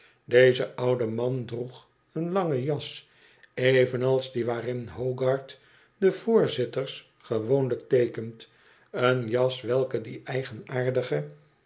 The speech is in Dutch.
deze oude man droeg een lange jas evenals die waarin hogarth de voorzitters gewoonlijk teekent een jas welke die eigenaardige